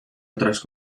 otras